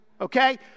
Okay